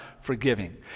forgiving